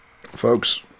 folks